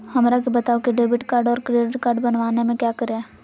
हमरा के बताओ की डेबिट कार्ड और क्रेडिट कार्ड बनवाने में क्या करें?